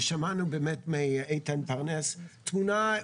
שמענו באמת מאיתן פרנס תמונה,